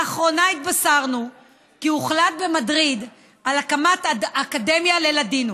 לאחרונה התבשרנו כי הוחלט במדריד על הקמת אקדמיה ללדינו